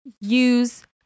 Use